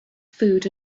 food